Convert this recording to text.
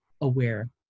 aware